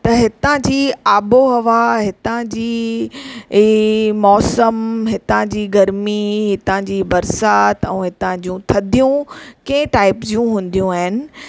त हितां जी आबो हवा हितां जी ई मौसम हितां जी गर्मी हितां जी बरिसातु ऐं हितां जी थधियूं कंहिं टाइप जूं हूंदियू आहिनि